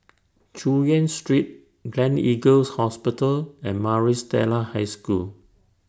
Chu Yen Street Gleneagles Hospital and Maris Stella High School